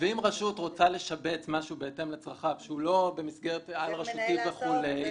אם רשות רוצה לשבץ מישהו בהתאם לצרכיו שהוא לא במסגרת על-רשותית וכולי,